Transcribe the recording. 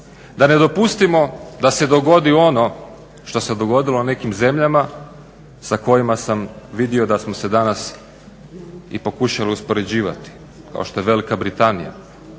da ne dopustimo da se dogodi ono što se dogodilo u nekim zemljama sa kojima sam vidio da smo se danas i pokušali uspoređivati kao što je Velika Britanija.